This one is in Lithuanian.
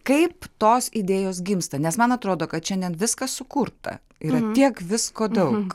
kaip tos idėjos gimsta nes man atrodo kad šiandien viskas sukurta yra tiek visko daug